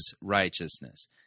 righteousness